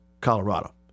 Colorado